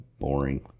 Boring